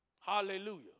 Hallelujah